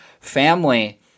Family